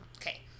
Okay